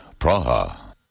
Praha